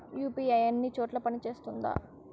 UPI అన్ని చోట్ల పని సేస్తుందా?